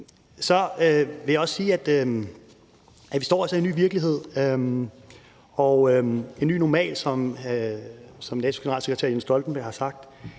Så vil jeg også sige, at vi altså står i en ny virkelighed, en ny normal, som NATO's generalsekretær Jens Stoltenberg har